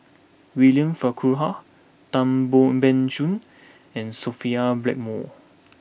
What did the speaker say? William Farquhar Tan Ban Soon and Sophia Blackmore